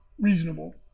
reasonable